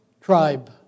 tribe